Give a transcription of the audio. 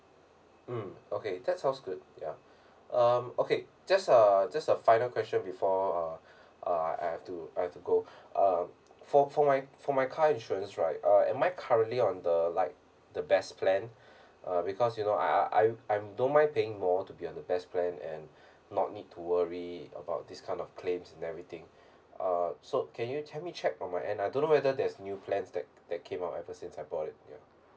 mm okay that sounds good ya um okay just a just a final question before uh uh I've to I've to go uh for for my for my car insurance right uh am I currently on the like the best plan uh because you know I I I I'm don't mind paying more to be on the best plan and not need to worry about this kind of claims and everything uh so can you help me check for my end I don't know whether there's new plans that that came out ever since I bought it ya